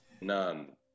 None